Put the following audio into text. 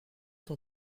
ton